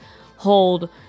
hold